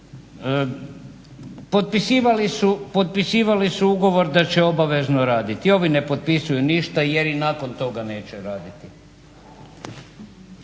Potpisivali su ugovor da će obavezano raditi, ovi ne potpisuju ništa jer i nakon toga neće raditi.